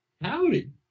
Howdy